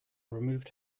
removed